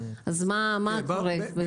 מה קורה?